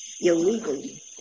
illegally